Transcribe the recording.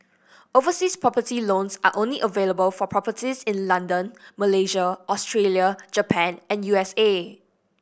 overseas property loans are only available for properties in London Malaysia Australia Japan and U S A